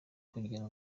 kugira